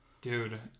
Dude